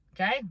Okay